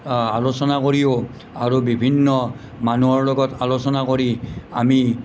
আলোচনা কৰিও আৰু বিভিন্ন মানুহৰ লগত আলোচনা কৰি আমি